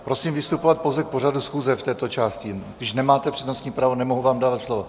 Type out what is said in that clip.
Prosím, vystupovat pouze k pořadu schůze v této části, když nemáte přednostní právo, nemohu vám dávat slovo.